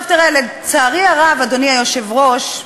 עכשיו תראה, אדוני היושב-ראש,